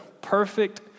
perfect